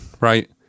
right